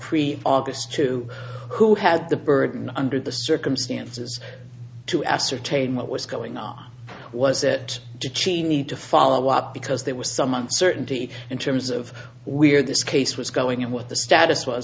pre august to who has the burden under the circumstances to ascertain what was going on was it dick cheney to follow up because there was some uncertainty in terms of we're this case was going and what the status was